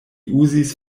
uzis